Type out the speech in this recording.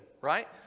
right